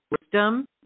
wisdom